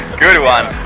good one!